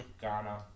Ghana